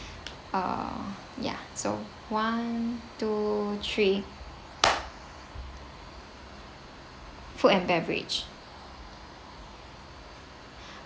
uh ya so one two three food and beverage